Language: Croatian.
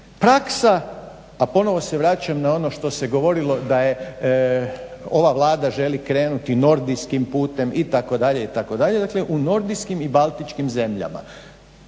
Praksa, a ponovo se vraćam na ono što se govorilo da je ova Vlada želi krenuti nordijskim putem itd. itd. Dakle, u nordijskim i baltičkim zemljama.